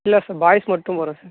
இல்லை sir boys மட்டும் போகறோம் சார்